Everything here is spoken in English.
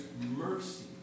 mercy